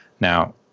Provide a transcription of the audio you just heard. Now